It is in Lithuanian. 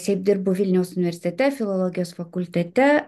šiaip dirbu vilniaus universitete filologijos fakultete